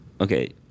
okay